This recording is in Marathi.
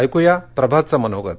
ऐकुया प्रभातचं मनोगत